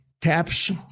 TAPS